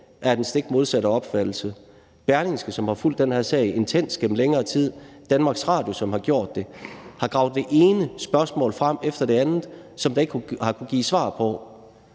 af den stik modsatte opfattelse. Berlingske, som har fulgt den her sag intenst gennem længere tid, og Danmarks Radio, som har gjort det, har gravet det ene spørgsmål frem efter det andet, som der ikke har kunnet gives svar på.